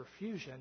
perfusion